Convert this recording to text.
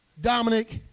Dominic